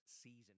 season